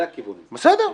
בסדר.